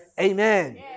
Amen